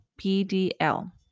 PDL